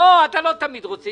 לא, אתה לא תמיד רוצה.